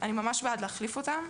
אני ממש בעד להחליף אותם.